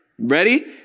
ready